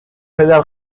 پدر